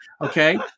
Okay